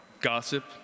gossip